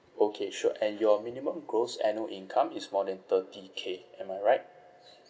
okay sure and your minimum gross annual income is more than thirty K am I right